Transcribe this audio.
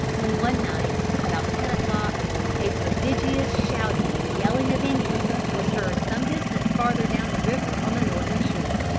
when one night about ten o'clock a prodigious shouting and yelling of indians was heard some distance farther down the river on the northern shore.